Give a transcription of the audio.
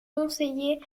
conseiller